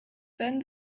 then